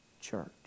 Church